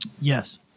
Yes